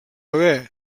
bebè